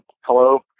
hello